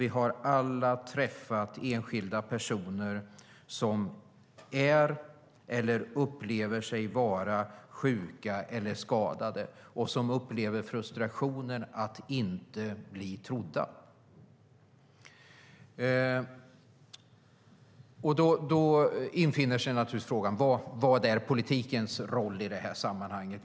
Vi har alla träffat enskilda personer som är eller upplever sig vara sjuka eller skadade och som upplever frustrationen av att inte bli trodda. Då infinner sig naturligtvis frågan: Vad är politikens roll i det sammanhanget?